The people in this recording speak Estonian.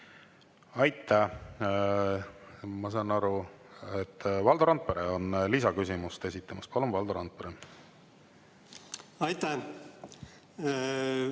Aitäh! Ma saan aru, et Valdo Randpere on lisaküsimust esitamas. Palun, Valdo Randpere! Aitäh!